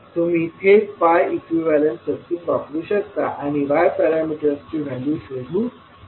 तर तुम्ही थेट pi इक्विवेलेंट सर्किट वापरू शकता आणि y पॅरामीटर्सची व्हॅल्यू शोधू शकता